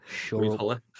Sure